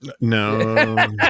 No